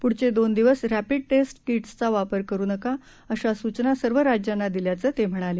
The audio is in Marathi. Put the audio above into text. पुढचे दोन दिवस रॅपिड टेस्ट किट्सचा वापर करू नका अशा सूचना सर्व राज्यांना दिल्याचे ते म्हणाले